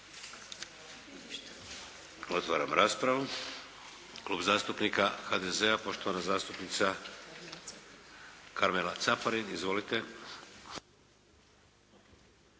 Otvaram raspravu. Klub zastupnika HDZ-a, poštovana zastupnica Karmela Caparin. Izvolite!